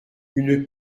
une